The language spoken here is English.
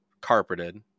carpeted